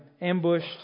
ambushed